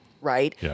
right